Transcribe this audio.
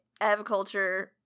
aviculture